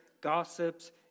gossips